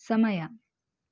ಸಮಯ